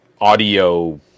audio